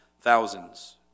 thousands